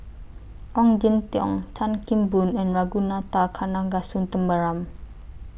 Ong Jin Teong Chan Kim Boon and Ragunathar Kanagasuntheram